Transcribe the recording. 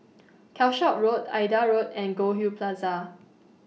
Calshot Road Aida Road and Goldhill Plaza